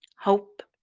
hope